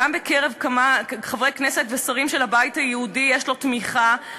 גם בקרב כמה חברי כנסת ושרים של הבית היהודי יש לו תמיכה,